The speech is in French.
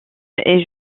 est